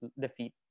defeat